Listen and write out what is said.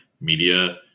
media